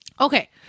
okay